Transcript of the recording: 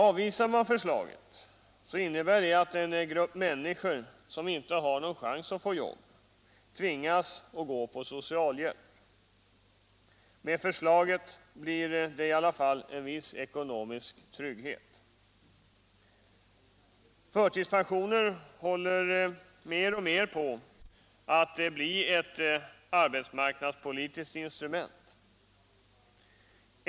Avvisar man förslaget innebär det att en grupp människor som inte har någon chans att få jobb tvingas gå på socialhjälp. Med förslaget blir det i alla fall en viss ekonomisk trygghet. Förtidspensioner håller mer och mer på att bli ett arbetsmarknadspolitiskt instrument.